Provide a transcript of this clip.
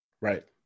Right